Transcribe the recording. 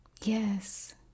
yes